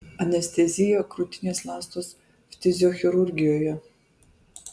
anestezija krūtinės ląstos ftiziochirurgijoje